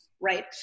right